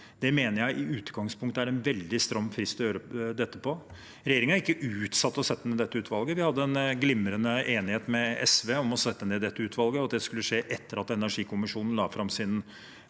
Det mener jeg i utgangspunktet er en veldig stram frist for å gjøre dette. Regjeringen har ikke utsatt å sette ned dette utvalget. Vi hadde en glimrende enighet med SV om å sette ned dette utvalget og at det skulle skje etter at energikommisjonen la fram sin